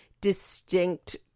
distinct